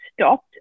stopped